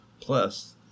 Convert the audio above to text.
Plus